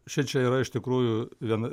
šičia yra iš tikrųjų vien